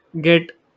get